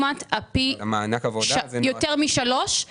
וייהנו מההטבה 610,000 הורים עובדים בעלות של 2.1 מיליארד שקל.